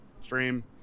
stream